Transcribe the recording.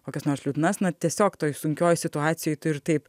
kokias nors liūdnas na tiesiog toj sunkioj situacijoj tu ir taip